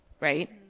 right